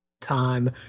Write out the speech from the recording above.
time